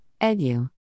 Edu